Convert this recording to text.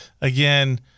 again